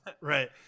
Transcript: right